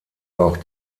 auch